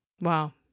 Wow